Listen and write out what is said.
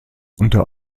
unter